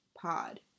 pod